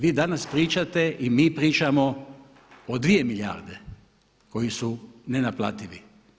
Vi danas pričate i mi pričamo o 2 milijarde koji su nenaplativi.